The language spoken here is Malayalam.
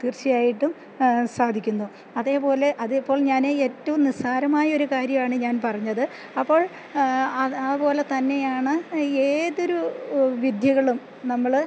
തീർച്ചയായിട്ടും സാധിക്കുന്നു അതേപോലെ അതേപോലെ ഞാൻ ഏറ്റവും നിസ്സാരമായൊരു കാര്യമാണ് ഞാൻ പറഞ്ഞത് അപ്പോൾ അതേപോലെ തന്നെയാണ് ഏതൊരു വിദ്യകളും നമ്മൾ